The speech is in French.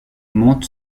monte